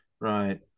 right